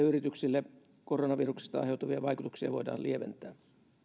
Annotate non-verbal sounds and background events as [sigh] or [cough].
[unintelligible] yrityksille koronaviruksesta aiheutuvia vaikutuksia voidaan lieventää